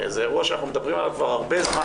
אירוע שאנחנו מדברים עליו כבר הרבה זמן,